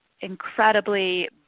incredibly